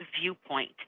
viewpoint